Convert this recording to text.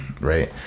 right